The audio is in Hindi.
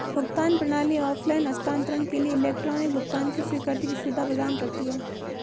भुगतान प्रणाली ऑफ़लाइन हस्तांतरण के लिए इलेक्ट्रॉनिक भुगतान की स्वीकृति की सुविधा प्रदान करती है